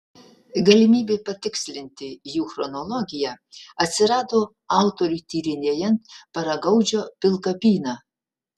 galimybė patikslinti jų chronologiją atsirado autoriui tyrinėjant paragaudžio pilkapyną